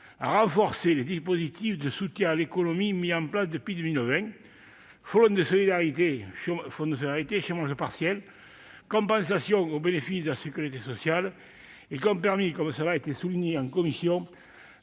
à renforcer les dispositifs de soutien à l'économie mis en place depuis 2020 : fonds de solidarité, chômage partiel, ou encore compensations au bénéfice de la sécurité sociale. Ces dispositifs ont permis, comme cela a été souligné en commission,